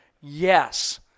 yes